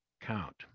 count